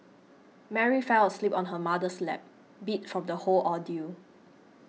Mary fell asleep on her mother's lap beat from the whole ordeal